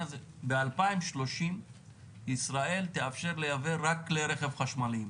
ב-2030 ישראל תאפשר לייבא רק כלי רכב חשמליים.